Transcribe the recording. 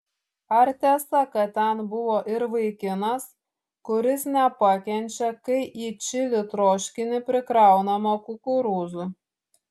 ar tiesa kad ten buvo ir vaikinas kuris nepakenčia kai į čili troškinį prikraunama kukurūzų